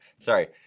Sorry